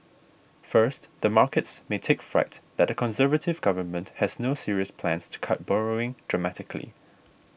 first the markets may take fright that a Conservative government has no serious plans to cut borrowing dramatically